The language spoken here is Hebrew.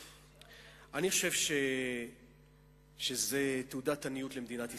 אני חושב שזה תעודת עניות למדינת ישראל.